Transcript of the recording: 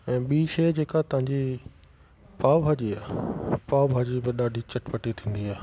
ऐं ॿी शइ जेका तव्हांजी पाव भाॼी आहे पाव भाॼी बि ॾाढी चटपटी थींदी आहे